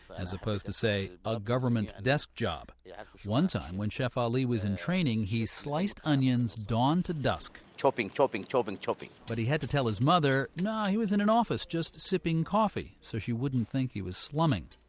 as opposed to, say, a government desk job. yeah one time when chef ali was in training he sliced onions dawn to dusk chopping, chopping, chopping, chopping but he had to tell his mother, nah, he was in an office just sipping coffee so she wouldn't think he was slumming.